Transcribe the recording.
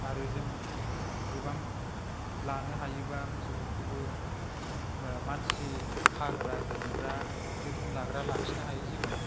आरो जों गोबां लानो हायोबा मोसौफोरखौबो मानसि खाग्रा गुमग्रा जोथोन लाग्रा लाखिनो हायो जोङो